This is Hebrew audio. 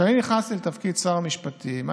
כשאני נכנסתי לתפקיד שר המשפטים,